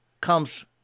comes